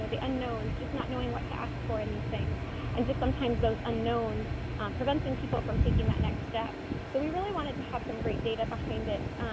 the unknown, just not knowing what to ask for anything and just sometimes those unknown preventing people from taking that next step and we really wanted to have some great data behind it,